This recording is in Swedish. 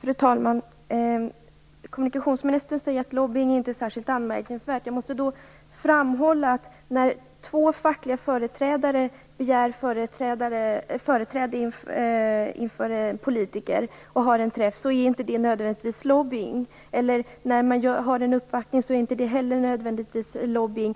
Fru talman! Kommunikationsministern säger att lobbying inte är särskilt anmärkningsvärt. Jag måste då framhålla att när två fackliga företrädare begär företräde inför politiker och har en träff med dem, så är inte detta nödvändigtvis lobbying. En uppvaktning är inte heller nödvändigtvis lobbying.